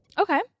Okay